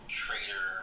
trader